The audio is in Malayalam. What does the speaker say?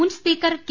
മുൻ സ്പീക്കർ കെ